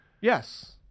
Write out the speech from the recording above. Yes